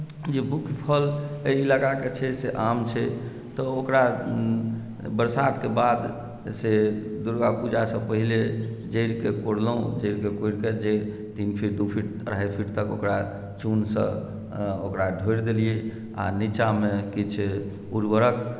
जे मुख्य फल अइ इलाकाकेँ छै से आम छै तऽ ओकरा बरसातके बाद से दुर्गा पूजासँ पहिले जड़िकेँ कोरलहुँ जड़िकेँ कोरिके जड़ि तीन फिट दू फिट अढ़ाइ फिट तक ओकरा चूनसँ ओकरा ढोरि देलियै आ नीचाँमे किछु उर्वरक